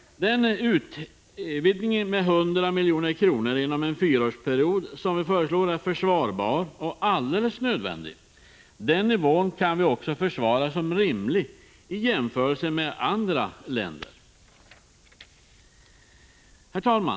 Den utvidgning med 100 milj.kr. under en fyraårsperiod som vi föreslår är försvarbar och alldeles nödvändig. Den nivån är också rimlig jämfört med andra länders satsningar. Herr talman!